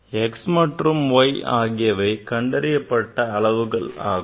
x மற்றும் y ஆகியவை கண்டறியப்பட்ட அளவுகள் ஆகும்